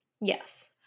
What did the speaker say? Yes